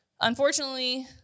unfortunately